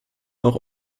auch